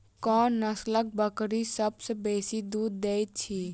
कोन नसलक बकरी सबसँ बेसी दूध देइत अछि?